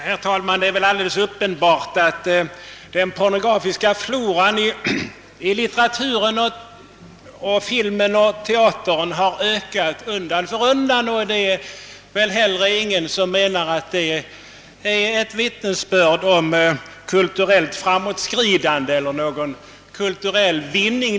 Herr talman! Det är alldeles uppenbart att den pornografiska floran i litteratur, film och teater har ökat undan för undan, och ingen menar väl att detta är ett vittnesbörd om kulturellt fram åtskridande eller att det innebär någon kulturell vinning.